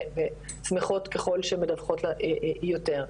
ושמחות ככל שמדווחות לנו יותר.